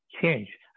change